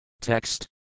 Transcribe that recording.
TEXT